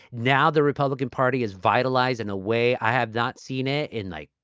now the republican party is. vitalize in a way i have not seen it in, like,